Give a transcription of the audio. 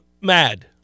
mad